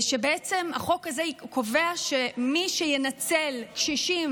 ובעצם החוק הזה קובע שמי שינצל קשישים